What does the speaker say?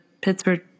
Pittsburgh